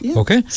okay